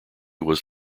was